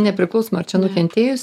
nepriklauso nuo ar čia nukentėjus